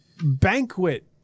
banquet